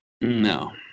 No